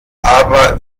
aber